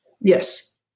Yes